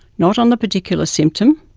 not on the particular symptom,